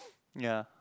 ya